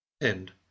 End